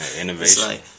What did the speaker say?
innovation